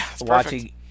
watching